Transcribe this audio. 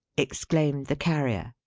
exclaimed the carrier.